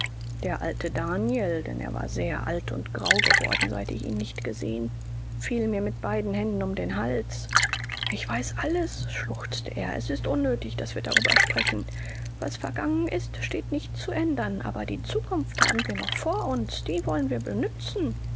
der alte daniel denn er war sehr alt und grau geworden seit ich ihn nicht gesehen fiel mir mit beiden händen um den hals ich weiß alles schluchzte er es ist unnöthig daß wir darüber sprechen was vergangen ist steht nicht zu ändern aber die zukunft haben wir noch vor uns die wollen wir benützen